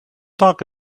talk